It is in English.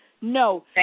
No